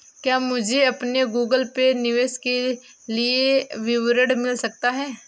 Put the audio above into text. क्या मुझे अपने गूगल पे निवेश के लिए विवरण मिल सकता है?